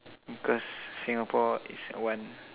because Singapore is one